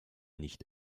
nicht